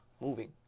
moving